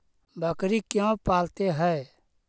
बकरी क्यों पालते है?